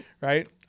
right